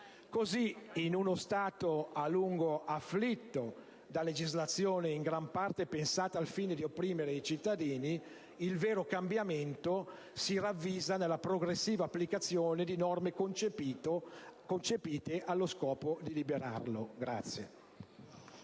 Così, in uno Stato a lungo afflitto da legislazione in gran parte pensata al fine di opprimere i cittadini, il vero cambiamento si ravvisa nella progressiva applicazione di norme concepite allo scopo di liberarli.